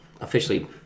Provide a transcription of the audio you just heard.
officially